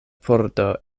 pordo